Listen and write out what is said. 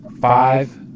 five